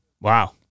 Wow